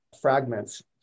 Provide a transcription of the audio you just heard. fragments